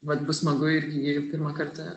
vat bus smagu irgi pirmą kartą